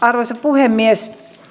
arvoisa puhemies